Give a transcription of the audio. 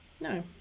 No